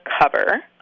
cover